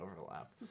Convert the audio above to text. overlap